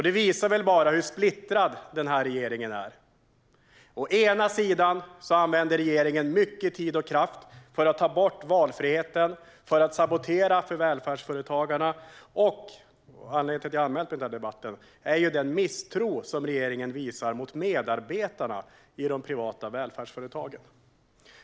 Det visar väl bara hur splittrad den här regeringen är. Regeringen lägger mycket tid och kraft på att ta bort valfriheten, på att sabotera för välfärdsföretagarna och - anledningen till att jag har anmält mig till debatten - på att visa misstro mot medarbetarna i de privata välfärdsföretagen.